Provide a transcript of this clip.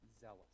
zealous